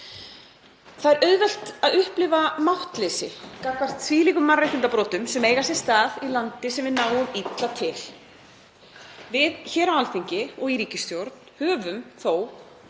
Það er auðvelt að upplifa máttleysi gagnvart þvílíkum mannréttindabrotum sem eiga sér stað í landi sem við náum illa til. Við hér á Alþingi og ríkisstjórn höfum þó